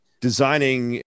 designing